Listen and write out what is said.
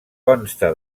consta